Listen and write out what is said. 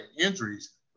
injuries